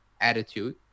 attitude